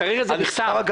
צריך את זה בכתב.